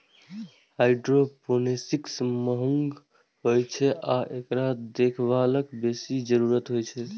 hydroponics महंग होइ छै आ एकरा देखभालक बेसी जरूरत होइ छै